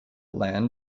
land